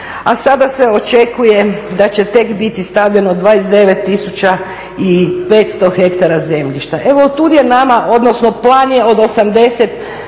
A sada se očekuje da će tek biti stavljeno 29 tisuća i 500 hektara zemljišta. Evo, od tuda je nama, odnosno plan je od 80